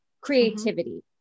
creativity